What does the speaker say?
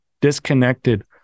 disconnected